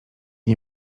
nie